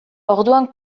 orduan